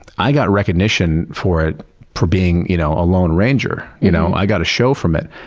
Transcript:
i got recognition for it for being you know a lone ranger. you know i got a show from it.